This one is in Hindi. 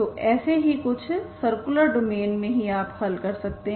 तो ऐसे ही कुछ सर्कुलर डोमेन में ही आप हल कर सकते हैं